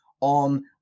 on